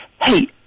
Hey